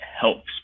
helps